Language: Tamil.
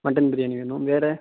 மட்டன் பிரியாணி வேணும் வேறு